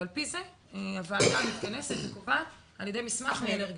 ועל פי זה הוועדה מתכנסת וקובעת על ידי מסמך מאלרגולוג,